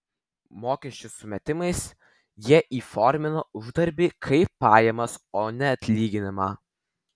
mokesčių sumetimais jie įformina uždarbį kaip pajamas o ne atlyginimą